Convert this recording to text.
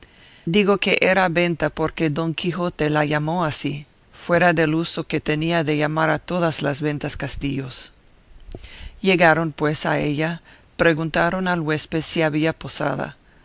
digo que era venta porque don quijote la llamó así fuera del uso que tenía de llamar a todas las ventas castillos llegaron pues a ella preguntaron al huésped si había posada